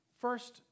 first